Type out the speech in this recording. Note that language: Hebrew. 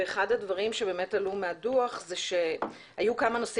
ואחד הדברים שבאמת עלו מהדו"ח זה שהיו כמה נושאים